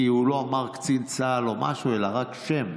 כי הוא לא אמר קצין צה"ל או משהו, אלא רק שם,